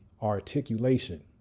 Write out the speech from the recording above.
articulation